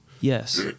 Yes